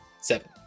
Seven